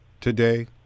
today